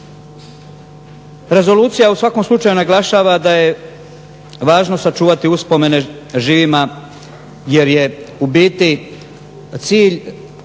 Rezolucija u svakom slučaju naglašava da je važno sačuvati uspomene živima, jer je u biti cilj